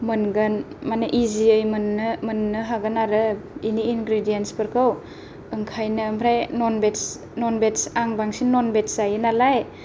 मोनगोन माने इजियै मोननो हागोन आरो इनि इनग्रिदेन्स फोरखौ ओंखायनो ओंफ्राय न'नभेज आं बांसिन न'नभेज जायो नालाय